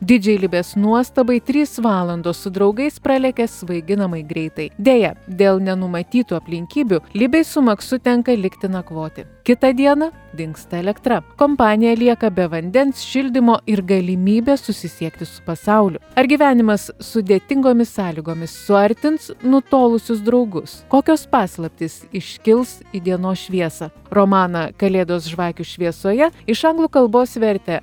didžiai libės nuostabai trys valandos su draugais pralekia svaiginamai greitai deja dėl nenumatytų aplinkybių libei su maksu tenka likti nakvoti kitą dieną dingsta elektra kompanija lieka be vandens šildymo ir galimybės susisiekti su pasauliu ar gyvenimas sudėtingomis sąlygomis suartins nutolusius draugus kokios paslaptys iškils į dienos šviesą romaną kalėdos žvakių šviesoje iš anglų kalbos vertė